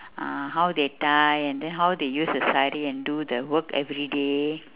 ah how they tie and then how they use the sari and do the work every day